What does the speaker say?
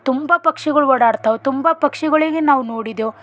ತುಂಬ ಪಕ್ಷಿಗಳು ಓಡಾಡ್ತಾವೆ ತುಂಬ ಪಕ್ಷಿಗಳಿಗೆ ನಾವು ನೋಡಿದೇವೆ